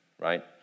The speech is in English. right